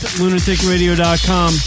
lunaticradio.com